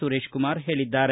ಸುರೇಶಕುಮಾರ ಹೇಳಿದ್ದಾರೆ